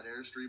airstream